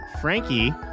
Frankie